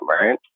Right